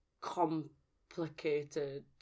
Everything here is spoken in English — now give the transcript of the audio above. complicated